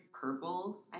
purple